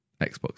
Xbox